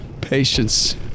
Patience